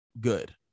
good